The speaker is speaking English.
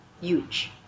huge